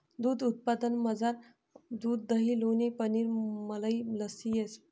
दूध उत्पादनमझार दूध दही लोणी पनीर मलई लस्सी येस